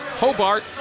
Hobart